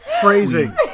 phrasing